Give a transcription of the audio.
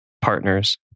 partners